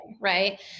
right